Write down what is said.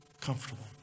comfortable